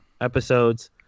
episodes